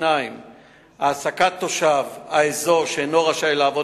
2. העסקת תושב האזור שאינו רשאי לעבוד